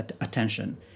attention